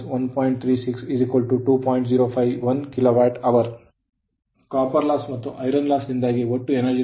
ಆದ್ದರಿಂದ copper loss ಮತ್ತು iron lossದಿಂದಾಗಿ ಒಟ್ಟು energy loss 2